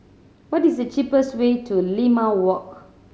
what is the cheapest way to Limau Walk